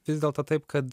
vis dėlto taip kad